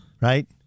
Right